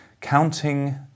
counting